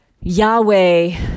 Yahweh